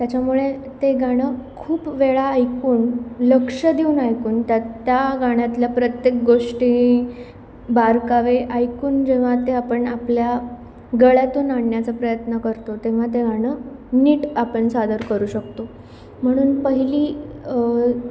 त्याच्यामुळे ते गाणं खूप वेळा ऐकून लक्ष देऊन ऐकून त्यात त्या गाण्याततल्या प्रत्येक गोष्टी बारकावे ऐकून जेव्हा ते आपण आपल्या गळ्यातून आणण्याचा प्रयत्न करतो तेव्हा ते गाणं नीट आपण सादर करू शकतो म्हणून पहिली